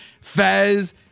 Fez